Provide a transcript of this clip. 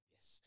Yes